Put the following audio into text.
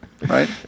Right